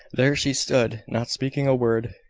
there she stood, not speaking a word.